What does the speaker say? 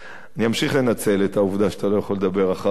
אני אמשיך לנצל את העובדה שאתה לא יכול לדבר אחרי.